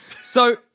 So-